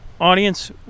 audience